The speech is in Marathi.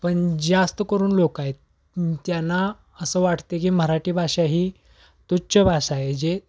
पण जास्त करून लोक आहेत त्यांना असं वाटते की मराठी भाषा ही तुच्छ भाषा आहे जे